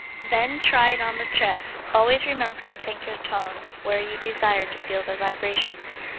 then try it on the chest. always remember to think your tone where you desire to feel the vibrations.